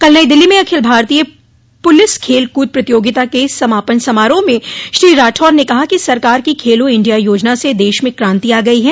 कल नई दिल्ली में अखिल भारतीय पुलिस खेल कूद प्रतियोगिता के समापन समारोह में श्री राठौड़ ने कहा कि सरकार की खेलो इंडिया योजना से देश में क्रांति आ गई है